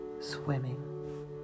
swimming